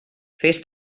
fes